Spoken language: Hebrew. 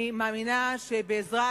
אני מאמינה שבעזרת